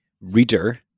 reader